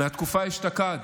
מהתקופה אשתקד.